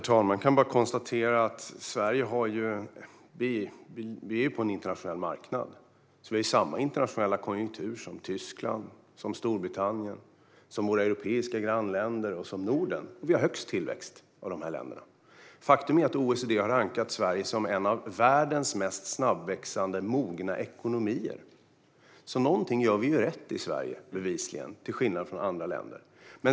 Herr talman! Vi är ju på en internationell marknad, så vi har samma internationella konjunktur som Tyskland, Storbritannien, våra europeiska grannländer och Norden, och vi har ändå högst tillväxt bland dessa länder. Faktum är att OECD har rankat Sverige som en av världens mest snabbväxande mogna ekonomier. Något gör vi bevisligen rätt i Sverige, till skillnad från andra länder.